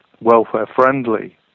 welfare-friendly